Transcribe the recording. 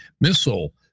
missile